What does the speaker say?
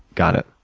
got it.